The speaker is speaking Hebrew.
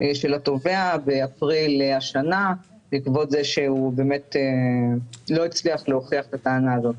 של התובע באפריל השנה בעקבות זה שהוא לא הצליח להוכיח את הטענה הזאת.